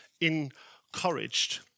encouraged